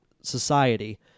society